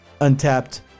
Untapped